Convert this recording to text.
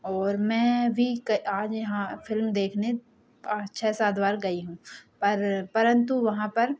और मैं भी आज यहाँ फ़िल्म देखने पाँच छह सात बार गई हूँ पर परन्तु वहाँ पर